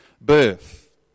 birth